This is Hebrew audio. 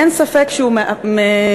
אין ספק שהוא תוצאה,